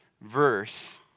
verse